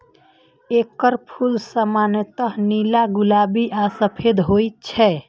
एकर फूल सामान्यतः नीला, गुलाबी आ सफेद होइ छै